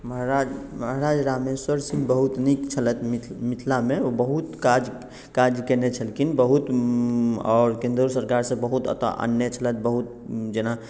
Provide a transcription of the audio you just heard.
महाराज रामेश्वर सिंह बहुत नीक छलथि मिथिला मे ओ बहुत काज कयने छलखिन बहुत आओर केन्द्रो सरकार सँ बहुत एतए आनने छलथि बहुत जेना